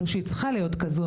לא שהיא צריכה להיות כזו,